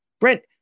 Brent